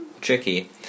tricky